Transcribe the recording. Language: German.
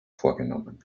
vorgenommen